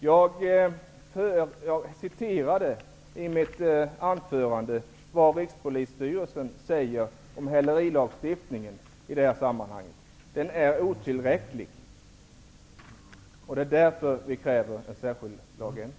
Jag citerade i mitt anförande vad Rikspolisstyrelsen har sagt om hälerilagstiftningen i det här sammanhanget. Den är otillräcklig. Det är därför som vi kräver en särskild lagändring.